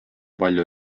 palju